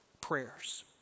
prayers